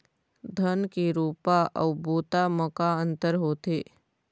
धन के रोपा अऊ बोता म का अंतर होथे?